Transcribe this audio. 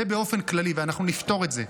זה באופן כללי, ואנחנו נפתור את זה.